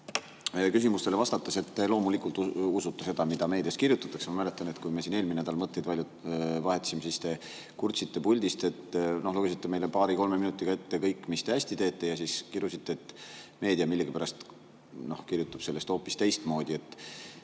küsimustele vastates, et te loomulikult usute seda, mida meedias kirjutatakse. Ma mäletan, et kui me siin eelmine nädal mõtteid vahetasime, siis te kurtsite puldist, lugesite meile paari-kolme minutiga ette kõik, mis te hästi teete, ja siis kirusite, et meedia millegipärast kirjutab sellest hoopis teistmoodi.